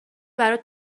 برات